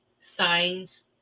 signs